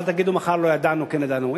ואל תגידו מחר: כן ידענו, לא ידענו.